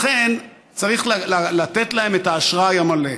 לכן, צריך לתת להם את האשראי המלא.